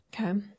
Okay